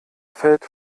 fällt